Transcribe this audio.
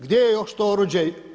Gdje je još to oružje?